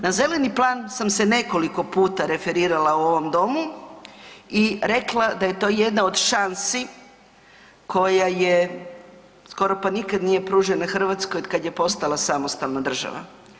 Na zeleni plan sam se nekoliko puta referirala u ovom domu i rekla da je to jedna od šansi koja je skoro pa nikad nije pružena Hrvatskoj otkad je postala samostalna država.